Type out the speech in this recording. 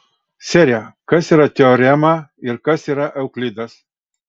sere kas yra teorema ir kas yra euklidas